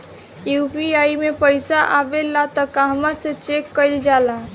UPI मे पइसा आबेला त कहवा से चेक कईल जाला?